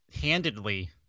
handedly